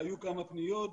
שהיו כמה פניות,